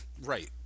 Right